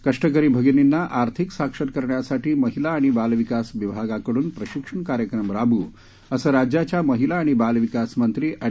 कष्टकरी भगिनीना आर्थिक साक्षर करण्यासाठी महिला आणि बालविकास विभागाकडून प्रशिक्षण कार्यक्रम राबवू असे राज्याच्या महिला आणि बालविकास मंत्री ऍड